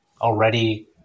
already